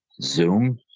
Zoom